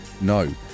no